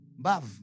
bav